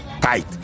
tight